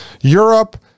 europe